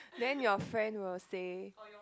then your friend will say